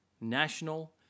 national